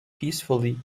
peacefully